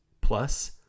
plus